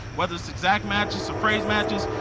whether it's exact matches or phrase matches,